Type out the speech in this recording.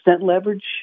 leverage